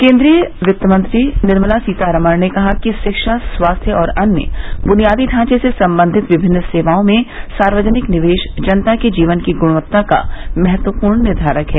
केन्द्रीय वित्त मंत्री निर्मला सीतारामन ने कहा है कि शिक्षा स्वास्थ्य और अन्य बुनियादी ढांचे से संबंधित विभिन्न सेवाओं में सार्वजनिक निवेश जनता के जीवन की गुणवत्ता का महत्वपूर्ण निर्धारक है